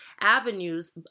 avenues